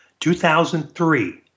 2003